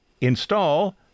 install